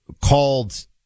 called